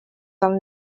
from